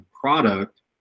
product